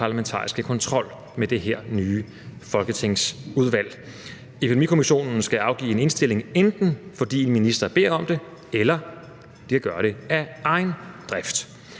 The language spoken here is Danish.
parlamentariske kontrol i form af det her nye folketingsudvalg. Epidemikommissionen skal afgive en indstilling, hvis en minister beder om det, eller de kan gøre det af egen drift,